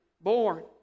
born